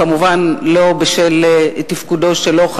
כמובן לא בשל תפקודו שלו,